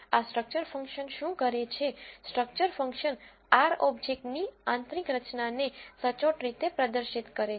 આ structure function શું કરે છે સ્ટ્રક્ચર ફંક્શન R ઓબ્જેક્ટ ની આંતરિક રચનાને સચોટ રીતે પ્રદર્શિત કરે છે